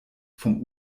vom